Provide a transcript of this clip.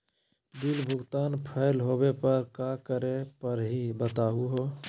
Bill भुगतान fail होवे पर का करै परही, बताहु हो?